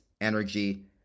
energy